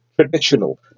Traditional